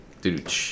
Dude